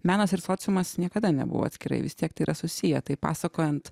menas ir sociumas niekada nebuvo atskirai vis tiek tai yra susiję tai pasakojant